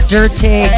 Dirty